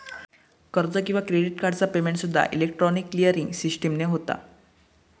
कर्ज किंवा क्रेडिट कार्डचा पेमेंटसूद्दा इलेक्ट्रॉनिक क्लिअरिंग सिस्टीमने होता